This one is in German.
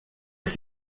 ist